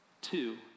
Two